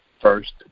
first